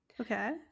Okay